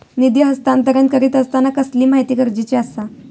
निधी हस्तांतरण करीत आसताना कसली माहिती गरजेची आसा?